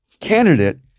candidate